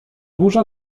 burza